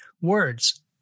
words